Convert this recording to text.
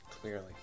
clearly